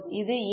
அது ஏன்